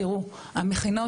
תראו, המכינות